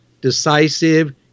decisive